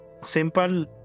simple